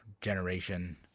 generation